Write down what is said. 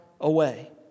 away